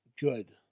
good